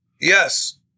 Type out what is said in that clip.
Yes